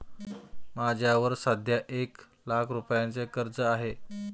माझ्यावर सध्या एक लाख रुपयांचे कर्ज आहे